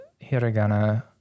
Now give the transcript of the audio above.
hiragana